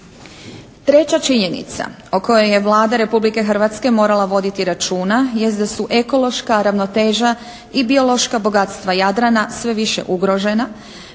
Treća činjenica o kojoj je Vlada Republike Hrvatske morala voditi računa jest da su ekološka ravnoteža i biološka bogatstva Jadrana sve više ugrožena